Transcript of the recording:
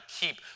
keep